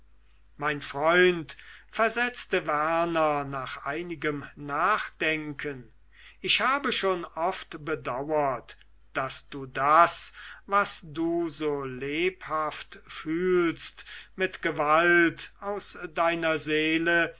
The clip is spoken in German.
mein freund versetzte werner nach einigem nachdenken ich habe schon oft bedauert daß du das was du so lebhaft fühlst mit gewalt aus deiner seele